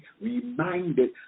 reminded